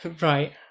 Right